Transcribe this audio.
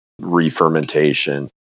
re-fermentation